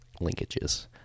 linkages